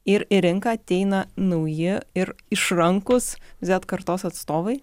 ir į rinką ateina nauji ir išrankūs z kartos atstovai